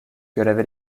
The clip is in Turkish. göreve